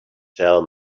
tell